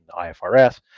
IFRS